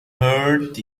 heart